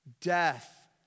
Death